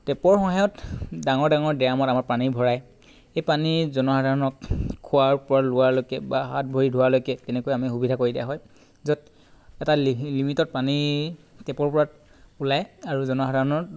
টেপৰ সহায়ত ডাঙৰ ডাঙৰ ডেৰামত আমাৰ পানী ভৰায় সেই পানী জনসাধাৰণক খোৱাৰ পৰা লোৱালৈকে বা হাত ভৰি ধোৱালৈকে তেনেকৈ আমি সুবিধা কৰি দিয়া হয় য'ত এটা লিমিটত পানী টেপৰ পৰা ওলায় আৰু জনসাধাৰণৰ